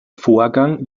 vorgang